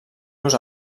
los